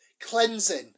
cleansing